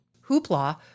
hoopla